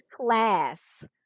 class